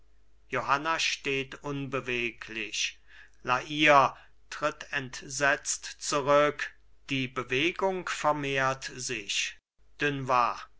johanna steht unbeweglich la hire tritt entsetzt zurück die bewegung vermehrt sich dunois